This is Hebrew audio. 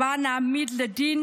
הבה נעמיד לדין